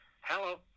Hello